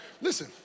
Listen